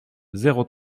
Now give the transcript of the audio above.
zéro